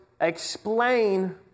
explain